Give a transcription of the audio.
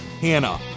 Hannah